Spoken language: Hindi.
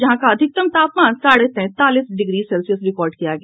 जहां का अधिकतम तापमान साढ़े तैंतालीस डिग्री सेल्सियस रिकॉर्ड किया गया